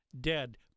dead